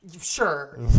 Sure